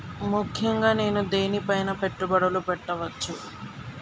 ముఖ్యంగా నేను దేని పైనా పెట్టుబడులు పెట్టవచ్చు?